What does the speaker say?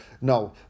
no